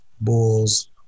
Bulls